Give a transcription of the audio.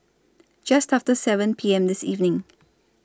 Just after seven P M This evening